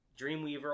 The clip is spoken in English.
Dreamweaver